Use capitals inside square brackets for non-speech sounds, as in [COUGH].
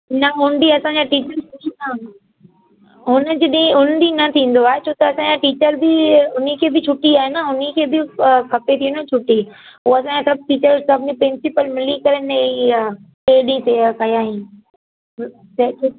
न हूंदी असांजा टीचर [UNINTELLIGIBLE] हुन जॾहिं हुन ॾींहुं न थींदो आहे छो त असांजा टीचर बि हुननि खे बि छुटी आहे न हुननि खे बि खपे थी न छुटी उहा असांजा सभु टीचर सभिनी प्रिंसिपल मिली करे ने हीउ ॾींहुं तय कया आहिनि